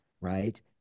right